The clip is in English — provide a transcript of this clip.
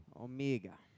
Omega